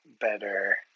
better